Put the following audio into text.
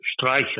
Streicher